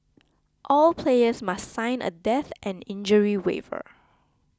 all players must sign a death and injury waiver